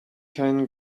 can